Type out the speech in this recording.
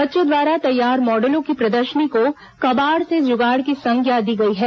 बच्चों द्वारा तैयार मॉडलों की प्रदर्शनी को कबाड़ से जुगाड़ की संज्ञा दी गई है